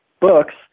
books